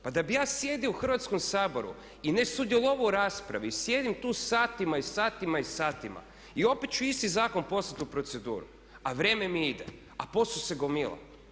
Pa da bih ja sjedio u Hrvatskom saboru i ne sudjelovao u raspravi i sjedim tu satima i satima i satima i opet ću isti zakon poslati u proceduru a vrijeme mi ide, a posao se gomila.